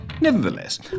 Nevertheless